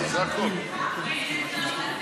לסדר-היום?